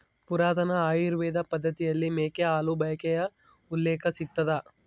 ಪುರಾತನ ಆಯುರ್ವೇದ ಪದ್ದತಿಯಲ್ಲಿ ಮೇಕೆ ಹಾಲು ಬಳಕೆಯ ಉಲ್ಲೇಖ ಸಿಗ್ತದ